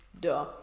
duh